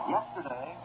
Yesterday